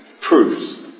proofs